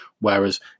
whereas